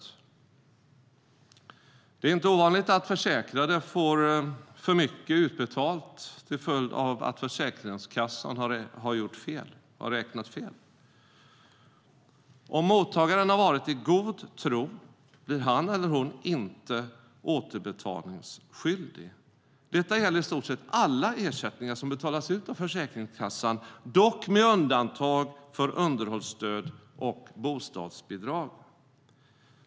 Det är inte ovanligt att försäkrade får för mycket utbetalt till följd av att Försäkringskassan har räknat fel. Om mottagaren har handlat i god tro blir han eller hon inte återbetalningsskyldig. Detta gäller i stort sett alla ersättningar som betalas ut av Försäkringskassan, dock med undantag för underhållsstöd och bostadsbidrag.